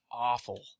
awful